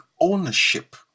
ownership